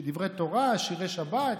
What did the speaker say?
דברי תורה, שירי שבת,